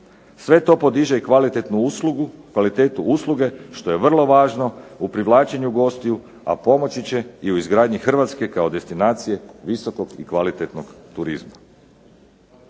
uslugu, kvalitetu usluge, što je vrlo važno u privlačenju gostiju, a pomoći će i u izgradnji Hrvatske kao destinacije visokog i kvalitetnog turizma.